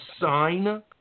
sign